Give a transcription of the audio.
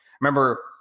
remember